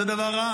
אז זה דבר רע,